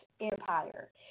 empire